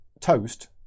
toast